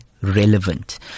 relevant